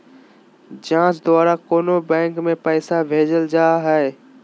जाँच द्वारा कोनो बैंक में पैसा भेजल जा हइ